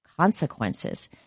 consequences